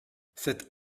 cet